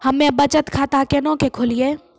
हम्मे बचत खाता केना के खोलियै?